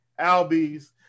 Albies